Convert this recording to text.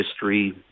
history